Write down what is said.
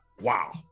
wow